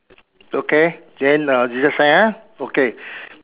okay then ah zig-zag sign ah okay